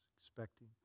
expecting